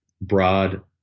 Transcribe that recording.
broad